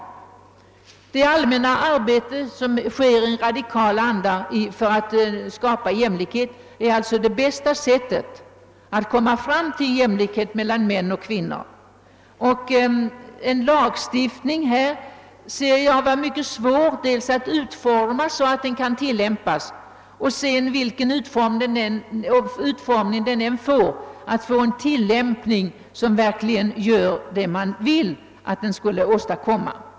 Det allmänna arbete, som sker i radikal anda för att skapa jämlikhet, är alltså det bästa sättet att komma fram till jämlikhet mellan män och kvinnor. En lagstiftning mot könsdiskriminering är enligt min mening mycket svår att utforma och vilken utformning den än får tror jag, att det skulle bli svårt att tillämpa den på ett riktigt sätt.